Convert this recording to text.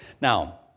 Now